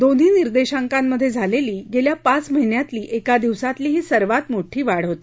दोन्ही निर्देशांकांमधे झालेली गेल्या पाच महिन्यातली एका दिवसातली ही सर्वात मोठी वाढ झाली